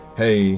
hey